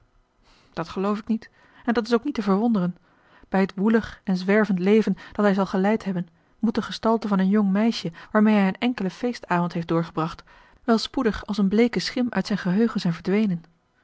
dat geloof ik niet en dat is ook niet te verwonderen bij het woelig en zwervend leven dat hij zal geleid hebben moet de gestalte van een jong meisje waarmeê hij een enkelen feestavond heeft doorgebracht wel spoedig als eene bleeke schim uit zijn geheugen zijn verdwenen